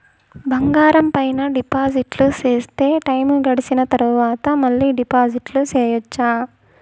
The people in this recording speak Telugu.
బంగారం పైన డిపాజిట్లు సేస్తే, టైము గడిసిన తరవాత, మళ్ళీ డిపాజిట్లు సెయొచ్చా?